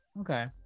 okay